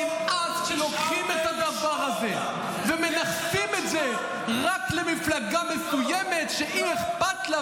נמאס שלוקחים את הדבר הזה ומנכסים את זה רק למפלגה מסוימת לה אכפת,